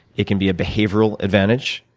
it can be a behavioral advantage.